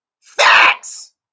Facts